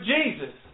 Jesus